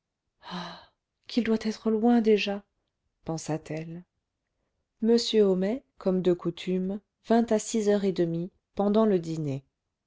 qu'il doit être loin déjà pensa-t-elle m homais comme de coutume vint à six heures et demie pendant le dîner